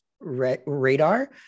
radar